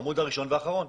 העמוד הראשון והאחרון.